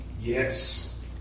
Yes